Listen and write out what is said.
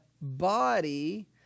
body